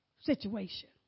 situation